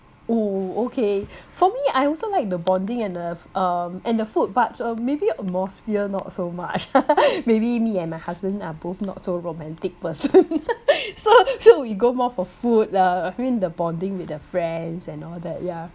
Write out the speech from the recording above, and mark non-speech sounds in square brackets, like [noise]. oh okay for me I also like the bonding and uh um and the food but uh maybe atmosphere not so much [laughs] maybe me and my husband are both not so romantic person [laughs] so so we go more for food lah I mean the bonding with the friends and all that yeah